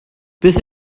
beth